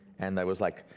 and i was like,